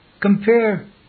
Compare